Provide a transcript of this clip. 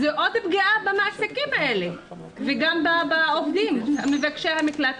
זה עוד פגיעה במעסיקים האלה וגם בעובדים מבקשי המקלט.